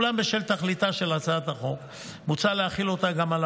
אולם בשל תכליתה של הצעת החוק מוצע להחיל אותה גם על